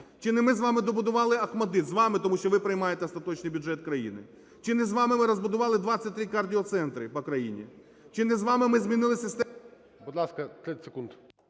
Чи не ми з вами добудували ОХМАТДИТ? З вами, тому що ви приймаєте остаточний бюджет країни. Чи не з вами ми розбудували 23 кардіоцентри по країні? Чи не з вами ми змінили систему... ГОЛОВУЮЧИЙ. Будь ласка, 30 секунд.